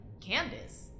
Candace